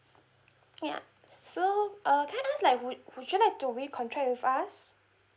ya so uh can I ask like would would you like to re contract with us